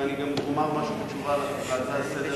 ואני גם אומר משהו בתשובה על ההצעה לסדר-היום,